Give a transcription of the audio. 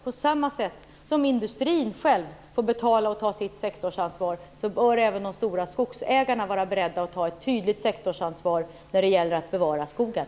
På samma sätt som industrin själv får betala och ta sitt sektorsansvar bör även de stora skogsägarna vara beredda att ta ett tydligt sektorsansvar när det gäller att bevara skogen.